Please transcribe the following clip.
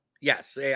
Yes